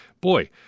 boy